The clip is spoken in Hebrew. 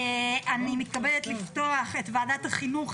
אני מתכבדת לפתוח את ישיבת החינוך,